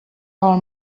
pel